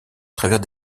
travers